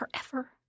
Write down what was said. forever